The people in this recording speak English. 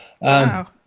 Wow